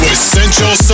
Essential